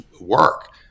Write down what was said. work